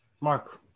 Mark